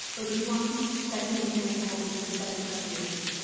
or do we want to be setting an example in systemic reformation?